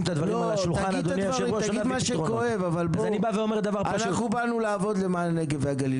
כשאנחנו באים לממשלת ואומרים שזאת ההוכחה,